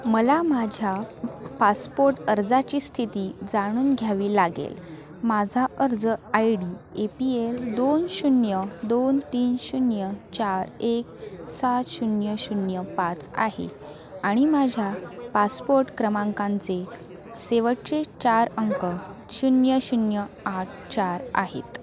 मला माझ्या पासपोर्ट अर्जाची स्थिती जाणून घ्यावी लागेल माझा अर्ज I D A P L दोन शून्य दोन तीन शून्य चार एक सात शून्य शून्य पाच आहे आणि माझ्या पासपोर्ट क्रमांकांचे शेवटचे चार अंक शून्य शून्य आठ चार आहेत